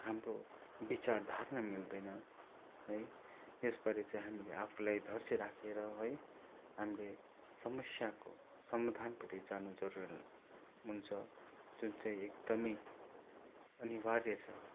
हाम्रो विचारधारा मिल्दैन है यसबारे चाहिँ हामीले आफूलाई धैर्य राखेर है हामीले समस्याको समाधानपट्टि जानु जरुरत हुन्छ जुन चाहिँ एकदमै अनिवार्य छ